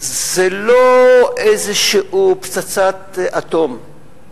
זה לא איזו פצצת אטום.